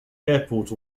airport